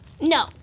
No